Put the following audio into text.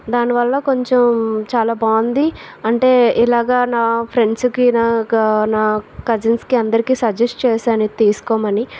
దాని వల్ల కొంచెం చాలా బాగుంది అంటే ఇలాగా నా ఫ్రెండ్స్ కి నా క నా కజిన్స్ కి అందరికీ సజెస్ట్ చేశాను ఇది తీసుకోమని